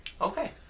Okay